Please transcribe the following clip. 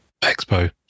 Expo